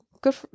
Good